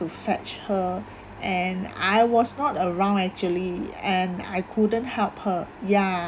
to fetch her and I was not around actually and I couldn't help her ya